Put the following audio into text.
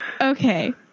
Okay